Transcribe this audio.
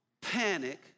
panic